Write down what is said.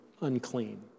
unclean